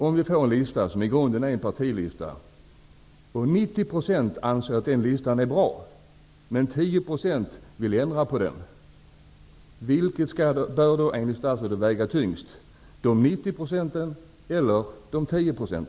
Om vi får en lista som i grunden är en partilista och 90 % anser att den listan är bra men 10 % vill ändra på den, vilken grupp bör då enligt statsrådet väga tyngst, de som utgör 90 % eller de som utgör 10 %?